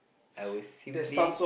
I would simply